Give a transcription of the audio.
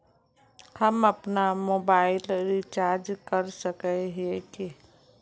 हम अपना mobile recharge कर सकय हिये की?